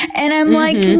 and i'm like,